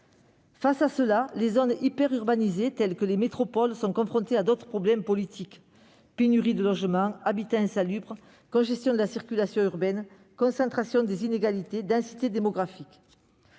Face à cela, les zones hyper-urbanisées, telles que les métropoles, sont confrontées à d'autres problèmes politiques : pénurie de logements, habitats insalubres, congestion de la circulation urbaine, concentration des inégalités, densité démographique